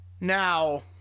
Now